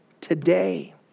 today